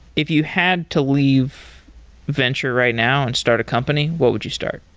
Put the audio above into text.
if you had to leave venture right now and start a company, what would you start?